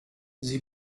sie